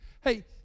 Hey